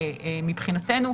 מבחינתנו,